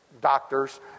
doctors